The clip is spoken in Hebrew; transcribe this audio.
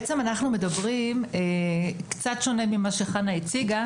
אנחנו מדברים על משהו קצת שונה ממה שחנה הציגה.